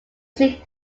see